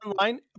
Online